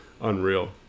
unreal